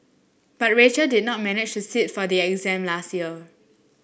but Rachel did not manage to sit for the exam last year